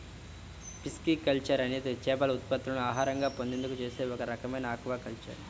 pisciculture అనేది చేపల ఉత్పత్తులను ఆహారంగా పొందేందుకు చేసే ఒక రకమైన ఆక్వాకల్చర్